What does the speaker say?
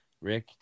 Rick